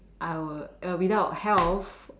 I will without health